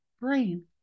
brain